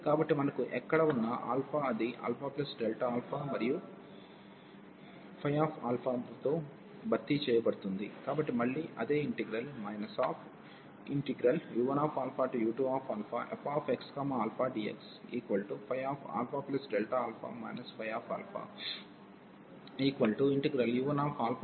కాబట్టి మనకు ఎక్కడ ఉన్నా అది α మరియు తో భర్తీ చేయబడుతుంది కాబట్టి మళ్ళీ అదే ఇంటిగ్రల్ u1u2fxαdx